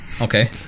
Okay